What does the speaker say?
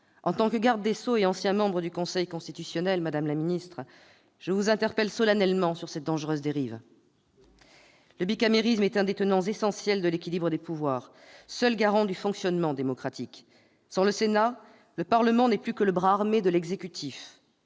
En tant que garde des sceaux et ancien membre du Conseil constitutionnel, madame la ministre, je vous interpelle solennellement sur cette dangereuse dérive. Le bicamérisme est un des tenants essentiels de l'équilibre des pouvoirs, seul garant du fonctionnement démocratique. Sans le Sénat, le Parlement n'est plus que le bras armé de l'exécutif.